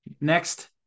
Next